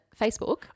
Facebook